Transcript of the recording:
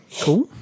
cool